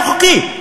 לא חוקי,